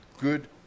good